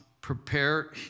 prepare